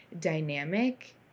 dynamic